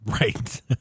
Right